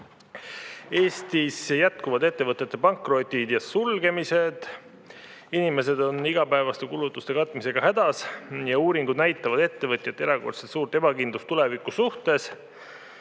Eestis jätkuvad ettevõtete pankrotid ja sulgemised, inimesed on igapäevaste kulutuste katmisega hädas ja uuringud näitavad ettevõtjate erakordselt suurt ebakindlust tuleviku ees.